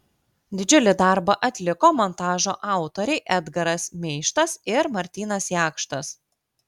didžiulį darbą atliko montažo autoriai edgaras meištas ir martynas jakštas